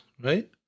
right